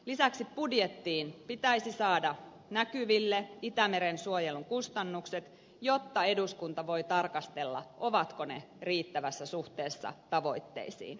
lisäksi budjettiin pitäisi saada näkyville itämeren suojelun kustannukset jotta eduskunta voi tarkastella ovatko ne riittävässä suhteessa tavoitteisiin